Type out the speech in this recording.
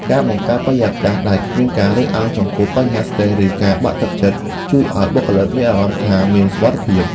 ការបង្កើតបរិយាកាសដែលគ្មានការរើសអើងចំពោះបញ្ហាស្រ្តេស ឬការបាក់ទឹកចិត្តជួយឱ្យបុគ្គលិកមានអារម្មណ៍ថាមានសុវត្ថិភាព។